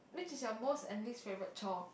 which is your most and least favorite chore